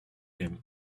him